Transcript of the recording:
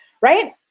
right